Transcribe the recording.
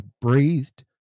breathed